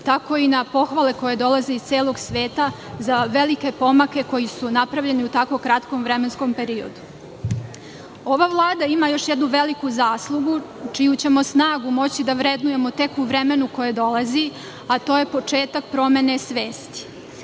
tako i na pohvale koje dolaze iz celog sveta za velike pomake koje su napravljeni u tako kratkom vremenskom periodu. Ova vlada ima još jednu veliku zaslugu čiju ćemo snagu moći da vrednujemo tek u vremenu koje dolazi, a to je početak promene svesti.